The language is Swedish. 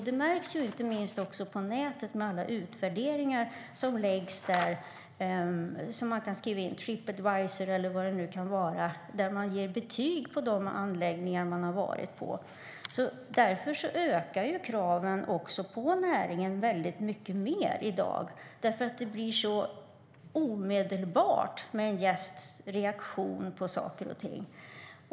Det märks inte minst på nätet, med alla utvärderingar som läggs där. Det kan vara Trip Advisor och annat, där man ger betyg på de anläggningar man har varit på. Därför ökar kraven på näringen mycket mer, för det blir så omedelbart med en gästs reaktion på saker och ting.